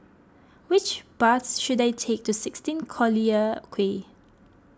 which bus should I take to sixteen Collyer Quay